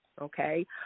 okay